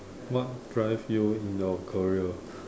what drives you in your career